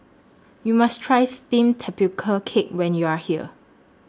YOU must Try Steamed Tapioca Cake when YOU Are here